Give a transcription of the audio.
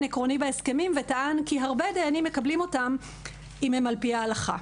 עקרוני בהסכמים וטען כי הרבה דיינים מקבלים אותם אם הם על פי ההלכה.